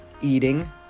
eating